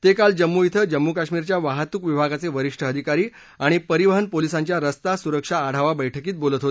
ते काल जम्मू इथं जम्मू कश्मीरच्या वाहतूक विभागाचे वरिष्ठ अधिकारी आणि परिवहन पोलिसांच्या रस्ता सुरक्षा आढावा बैठकीत बोलत होते